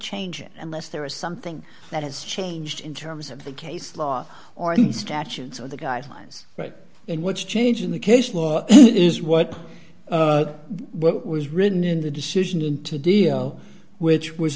change it unless there is something that has changed in terms of the case law or the statutes are the guidelines right and what's changed in the case law it is what what was written in the decision in to deal which was